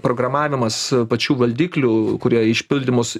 programavimas pačių valdiklių kurie išpildymus